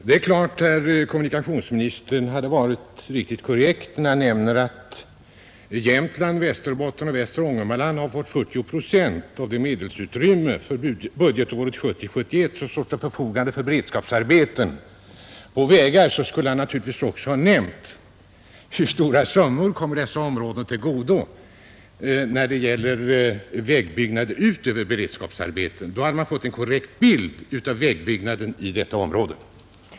Om kommunikationsministern hade varit korrekt när han nämnde att Jämtland, Västerbotten och västra Ångermanland svarar för mer än 40 procent av det medelsutrymme som för budgetåret 1970/71 står till förfogande för beredskapsarbeten på vägar, borde han också ha nämnt hur stora summor som kommer dessa områden till godo utöver beredskapsarbetena för vägbyggnader. Då hade man fått en korrekt bild av vägbyggnaderna i dessa områden.